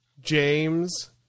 James